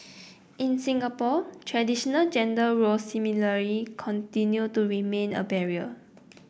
in Singapore traditional gender roles similarly continue to remain a barrier